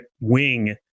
wing